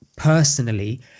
personally